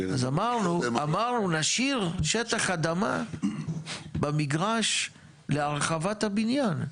אמרנו נשאיר שטח אדמה במגרש להרחבת הבניין.